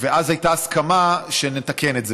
ואז הייתה הסכמה שנתקן את זה,